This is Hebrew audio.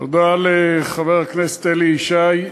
תודה לחבר הכנסת אלי ישי.